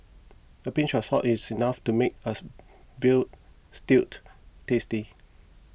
a pinch of salt is enough to make a veal stewed tasty